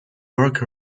work